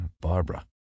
Barbara